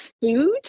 food